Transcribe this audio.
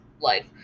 life